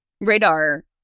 radar